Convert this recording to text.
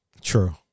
True